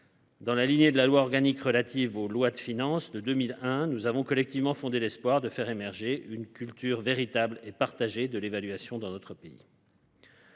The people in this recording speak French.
Dans la lignée de la loi organique relative aux lois de finances de 2001, nous avons collectivement fondé l’espoir de faire émerger une culture véritable et partagée de l’évaluation dans notre pays.